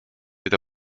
with